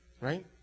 right